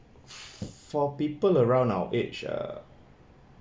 for people around our age uh